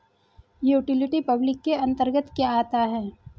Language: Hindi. यूटिलिटी पब्लिक के अंतर्गत क्या आता है?